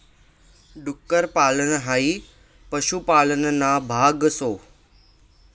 डुक्कर पालन हाई पशुपालन ना भाग शे